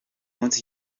munsi